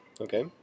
Okay